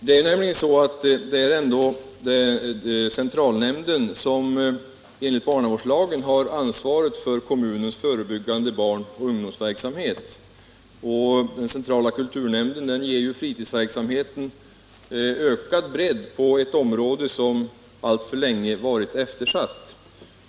Det är nämligen centralnämnden som enligt barnavårdslagen har ansvaret för kommunens förebyggande barnoch il ungdomsverksamhet, och kulturnämnden ger ju fritidsverksamheten Om behovet av god ökad bredd på ett område som alltför länge varit eftersatt.